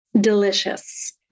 delicious